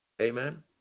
Amen